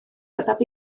byddaf